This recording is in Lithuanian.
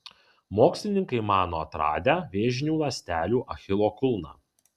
mokslininkai mano atradę vėžinių ląstelių achilo kulną